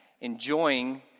enjoying